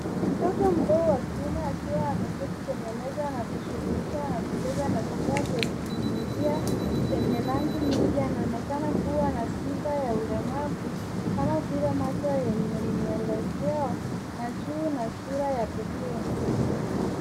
Mtoto mdogo wa kiume akiwa ameketi kwenye meza akijishughulisha kucheza na vifaa vya kujifunzia yenye rangi nyingi anaonekana kua na sifa ya ulemavu kama vile macho yenye mwelekeo na juu na sura ya pekee.